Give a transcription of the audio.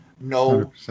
No